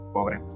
Pobre